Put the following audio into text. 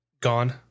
gone